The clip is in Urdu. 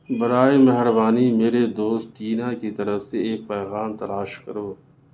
برائے مہربانی میرے دوست ٹینا کی طرف سے ایک پیغام تلاش کرو